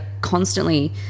constantly